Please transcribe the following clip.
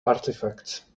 artifacts